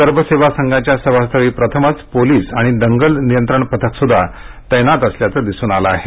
सर्व सेवा संघाच्या सभास्थळी प्रथमच पोलिस आणि दंगल नियंत्रण पथक सुध्दा तैनात असल्याचे दिसून आलं आहे